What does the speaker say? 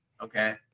okay